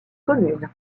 communes